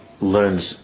learns